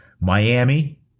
Miami